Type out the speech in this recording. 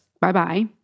bye-bye